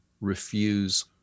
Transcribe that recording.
refuse